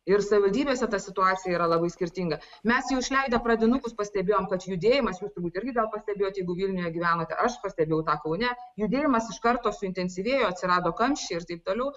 ir savivaldybėse ta situacija yra labai skirtinga mes jau išleidę pradinukus pastebėjome kad judėjimas jūs turbūt irgi gal pastebėjote jeigu vilniuje gyvenat aš pastebėjau tą kaune judėjimas iš karto suintensyvėjo atsirado kamščiai ir taip toliau